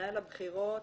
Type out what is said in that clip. מנהל הבחירות,